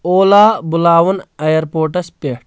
اولا بُلاوُن آیر پوٹس پیٹھ